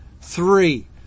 Three